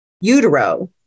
utero